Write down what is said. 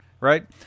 right